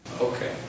Okay